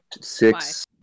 six